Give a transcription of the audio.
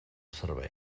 servei